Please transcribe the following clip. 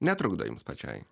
netrukdo jums pačiai